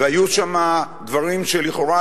והיו שם דברים שלכאורה,